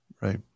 Right